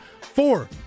Four